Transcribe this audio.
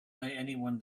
anyone